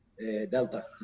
Delta